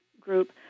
group